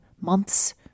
months